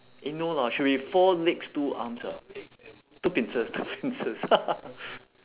eh no lah should be four legs two arms ah two pincers two pincers